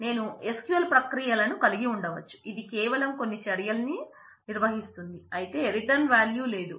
నేను SQL ప్రక్రియలను కలిగి ఉండవచ్చు ఇది కేవలం కొన్ని చర్యల్ని నిర్వహిస్తుంది అయితే రిటర్న్ వాల్యూ లేదు